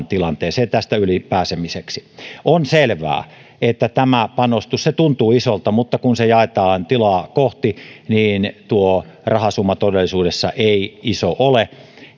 tilanteeseen ja siitä yli pääsemiseksi on selvää että tämä panostus tuntuu isolta mutta kun se jaetaan tilaa kohti niin tuo rahasumma ei todellisuudessa iso ole